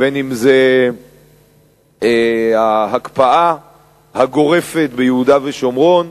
בין שזה ההקפאה הגורפת ביהודה ושומרון,